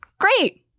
Great